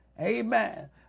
amen